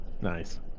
Nice